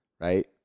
right